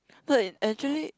no it actually